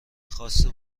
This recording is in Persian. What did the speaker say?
خواسته